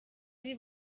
ari